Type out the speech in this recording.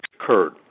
occurred